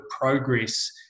progress